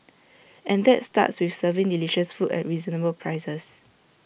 and that starts with serving delicious food at reasonable prices